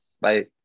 bye